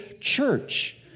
church